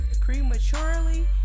prematurely